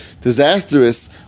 disastrous